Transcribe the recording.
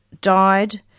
died